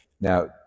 Now